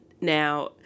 Now